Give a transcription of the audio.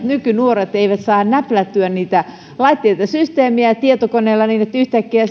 nykynuoret eivät saa näplättyä niitä laitteita ja systeemejä tietokoneella niin että yhtäkkiä